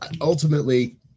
ultimately